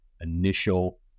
initial